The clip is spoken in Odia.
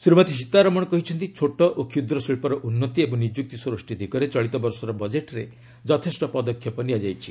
ଶ୍ରୀମତୀ ସୀତାରମଣ କହିଛନ୍ତି ଛୋଟ ଓ କ୍ଷୁଦ୍ର ଶିଳ୍ପର ଉନ୍ନତି ଏବଂ ନିଯୁକ୍ତି ସୃଷ୍ଟି ଦିଗରେ ଚଳିତ ବର୍ଷର ବଜେଟ୍ରେ ଯଥେଷ୍ଟ ପଦକ୍ଷେପ ନିଆଯାଇଛି